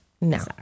no